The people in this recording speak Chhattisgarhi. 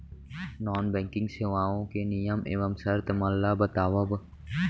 नॉन बैंकिंग सेवाओं के नियम एवं शर्त मन ला बतावव